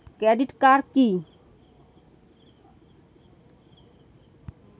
Credit card কি?